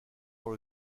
dans